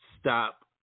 stop